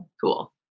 Cool